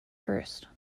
first